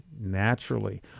naturally